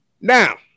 Now